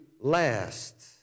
last